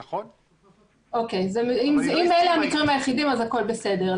, אוקיי, אם אלה המקרים היחידים אז הכול בסדר.